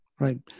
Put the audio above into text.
Right